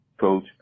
coach